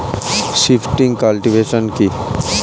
Shifting cultivation কি?